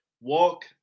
Walk